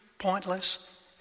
pointless